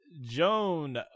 Joan